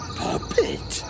puppet